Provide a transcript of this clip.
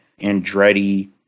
Andretti